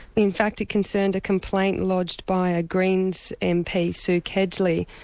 in fact it concerned a complaint lodged by a greens mp, sue kedgley,